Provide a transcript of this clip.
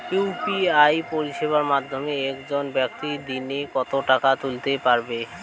UPI পরিষেবার মাধ্যমে একজন ব্যাক্তি দিনে কত টাকা তুলতে পারবে?